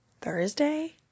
Thursday